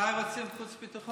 אולי רוצים חוץ וביטחון.